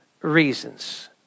reasons